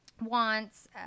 wants